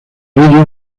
ello